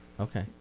Okay